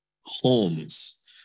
homes